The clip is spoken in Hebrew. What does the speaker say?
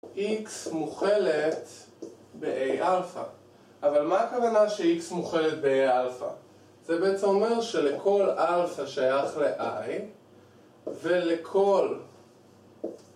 x מוכלת ב-a alpha אבל מה הכוונה שx מוכלת ב-a alpha? זה בעצם אומר שלכל alpha שייך ל-i ולכל